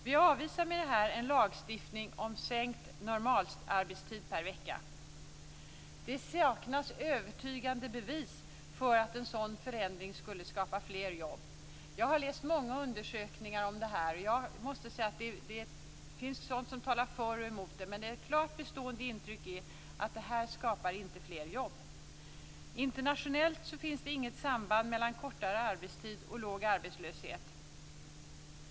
Vi avvisar med detta en lagstiftning om sänkt normalarbetstid per vecka. Det saknas övertygande bevis för att en sådan förändring skulle skapa fler jobb. Jag har läst många undersökningar om detta. Det finns sådant som talar för och sådant som talar emot. Men ett klart bestående intryck är att det inte skapar fler jobb. Internationellt finns det inget samband mellan kortare arbetstid och låg arbetslöshet.